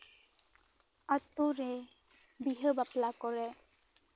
ᱟᱛᱳᱨᱮ ᱵᱤᱦᱟᱹ ᱵᱟᱯᱞᱟ ᱠᱚᱨᱮᱜ